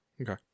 Okay